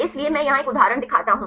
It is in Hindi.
इसलिए मैं यहां एक उदाहरण दिखाता हूं